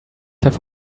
have